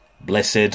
Blessed